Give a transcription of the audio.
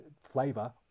flavor